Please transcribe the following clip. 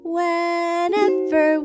Whenever